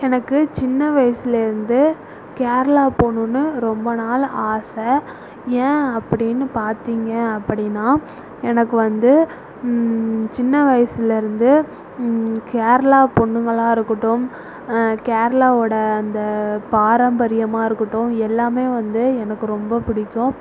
எனக்கு சின்ன வயசிலேருந்து கேரளா போகணுன்னு ரொம்ப நாள் ஆசை ஏன் அப்படினு பார்த்திங்க அப்படினால் எனக்கு வந்து சின்ன வயசிலருந்து கேரளா பொண்ணுங்களாக இருக்கட்டும் கேரளாவோடய அந்த பாரம்பரியமாக இருக்கட்டும் எல்லாமே வந்து எனக்கு ரொம்ப பிடிக்கும்